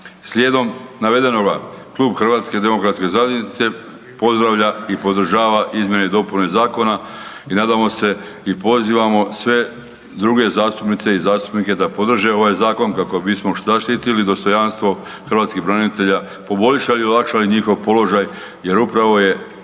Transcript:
Slijedom navedenoga klub HDZ-a pozdravlja i podržava izmjene i dopune zakona i nadamo se i pozivamo sve druge zastupnice i zastupnike da podrže ovaj zakon kako bismo zaštitili dostojanstvo hrvatskih branitelja, poboljšali i olakšali njihov položaj jer upravo je